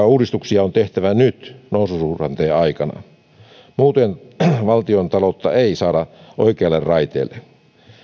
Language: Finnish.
uudistuksia on tehtävä nyt noususuhdanteen aikana muuten valtiontaloutta ei saada oikealle raiteelle